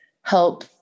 help